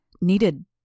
Needed